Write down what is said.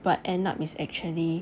but end up is actually